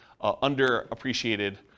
under-appreciated